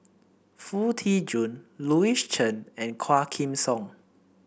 Foo Tee Jun Louis Chen and Quah Kim Song